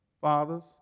fathers